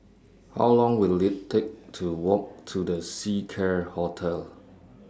How Long Will IT Take to Walk to The Seacare Hotel